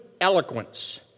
eloquence